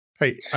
Hey